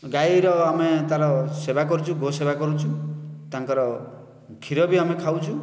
ଗାଈର ଆମେ ତା'ର ସେବା କରୁଛୁ ଗୋ'ସେବା କରୁଛୁ ତାଙ୍କର କ୍ଷୀର ବି ଆମେ ଖାଉଛୁ